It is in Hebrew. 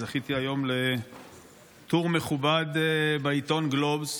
זכיתי היום לטור מכובד בעיתון גלובס,